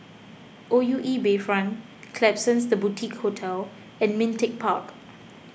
O U E Bayfront Klapsons the Boutique Hotel and Ming Teck Park